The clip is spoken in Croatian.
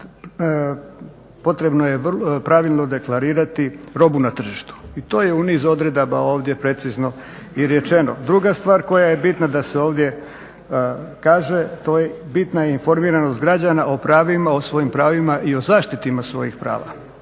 potrebno je pravilno deklarirati robu na tržištu i to je u niz odredaba ovdje precizno i rečeno. Druga stvar koja je bitna da se ovdje kaže, bitna je informiranost građana o svojim pravima i o zaštiti svojih prava.